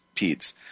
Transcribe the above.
peds